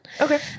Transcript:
okay